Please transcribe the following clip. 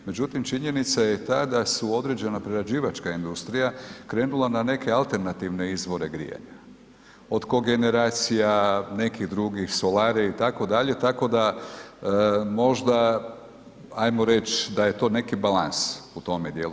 Međutim, činjenica je ta da su određena prerađivačka industrija krenula na neke alternativne izvore grijanja, od kogeneracija, nekih drugih, solare itd., tako da možda ajmo reći da je to neki balans u tome dijelu.